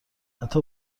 حتی